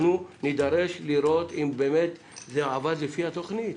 אנחנו נידרש לראות אם באמת זה עבד לפי התכנית.